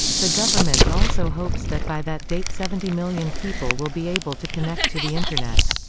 the government also hopes that by that date seventy million people will be able to connect to the internet.